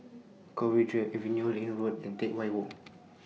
Cowdray Avenue Liane Road and Teck Whye Walk